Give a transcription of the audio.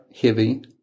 heavy